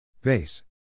BASE